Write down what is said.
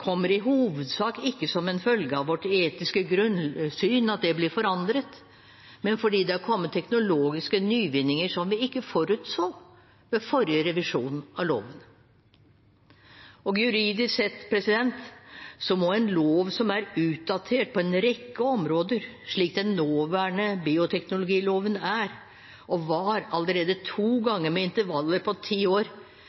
kommer i hovedsak ikke som en følge av vårt etiske grunnsyn – at det blir forandret – men fordi det har kommet teknologiske nyvinninger som vi ikke forutså ved forrige revisjon av loven. Juridisk sett må en lov som er utdatert på en rekke områder, slik den nåværende bioteknologiloven er – og var allerede to